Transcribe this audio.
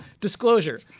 disclosure